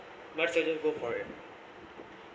most student go for it